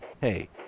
hey